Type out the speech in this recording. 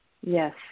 Yes